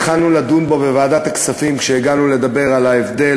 התחלנו לדון בו בוועדת הכספים כשהגענו לדבר על ההבדל